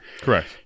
Correct